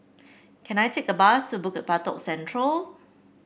can I take a bus to Bukit Batok Central